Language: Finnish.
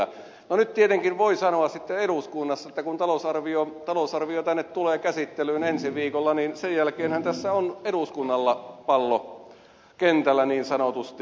no nyt tietenkin voi sanoa sitten eduskunnassa että kun talousarvio tänne tulee käsittelyyn ensi viikolla niin sen jälkeenhän tässä on eduskunnalla pallo kentällä niin sanotusti